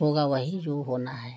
होगा वही जो होना है